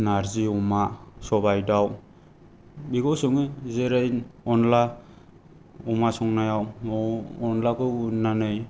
नार्जि अमा सबाय दाउ बेखौ सङो जेरै अन्दला अमा संनायाव न'वाव अन्दलाखौ उननानै